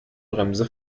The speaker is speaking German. bremse